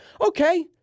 okay